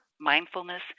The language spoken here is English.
mindfulness